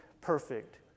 perfect